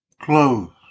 clothes